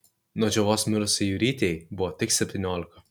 nuo džiovos mirusiai jurytei buvo tik septyniolika